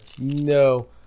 no